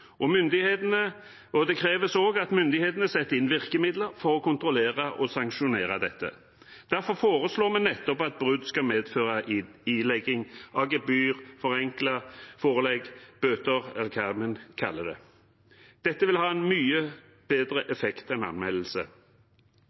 at myndighetene setter inn virkemidler for å kontrollere og sanksjonere dette. Derfor foreslår vi nettopp at brudd skal medføre ilegging av gebyr, forenklet forelegg, bøter, eller hva man kaller det. Dette vil ha en mye bedre effekt enn anmeldelse.